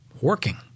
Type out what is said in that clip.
working